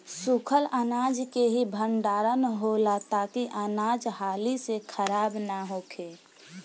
सूखल अनाज के ही भण्डारण होला ताकि अनाज हाली से खराब न होखे